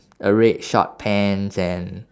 a red short pants and